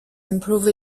improve